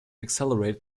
accelerate